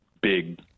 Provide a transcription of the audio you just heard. big